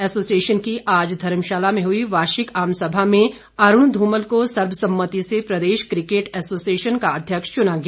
association की आज धर्मशाला में हुई वार्षिक आम सभा में अरुण धूमल को सर्वसम्मति से प्रदेश क्रिकेट एसोसिएशन का अध्यक्ष चुना गया